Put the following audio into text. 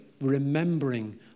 remembering